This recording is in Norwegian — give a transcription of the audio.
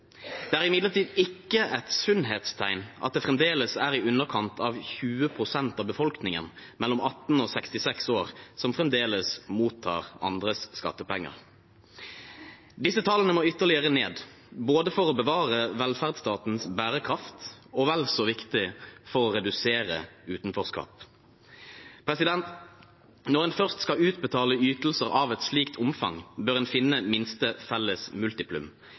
Det er imidlertid ikke et sunnhetstegn at det fremdeles er i underkant av 20 pst. av befolkningen mellom 18 og 66 år som mottar andres skattepenger. Disse tallene må ytterligere ned, både for å bevare velferdsstatens bærekraft og – vel så viktig – for å redusere utenforskap. Når en først skal utbetale ytelser av et slikt omfang, bør en finne minste felles multiplum